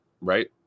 right